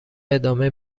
ادامه